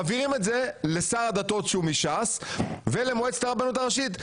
מעבירים את זה לשר הדתות שהוא מש"ס; ולמועצת הרבנות הראשית,